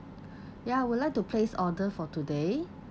ya I would like to place order for today